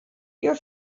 your